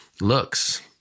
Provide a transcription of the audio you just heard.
looks